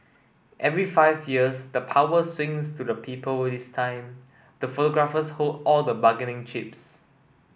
every five years the power swings to the people this time the photographers hold all the bargaining chips